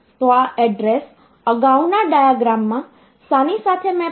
તો આ એડ્રેસ અગાઉના ડાયાગ્રામ માં શાની સાથે મેપ થશે